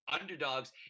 underdogs